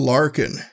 Larkin